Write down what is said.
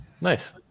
Nice